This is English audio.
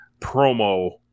promo